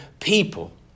people